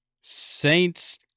Saints